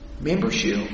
Membership